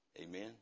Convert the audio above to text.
Amen